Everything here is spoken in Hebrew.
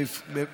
אני עד לכך.